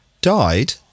Died